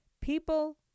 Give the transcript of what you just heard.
people